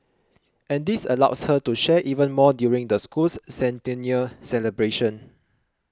and this allows her to share even more during the school's centennial celebrations